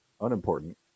unimportant